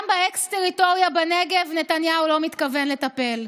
גם באקס-טריטוריה בנגב נתניהו לא מתכוון לטפל,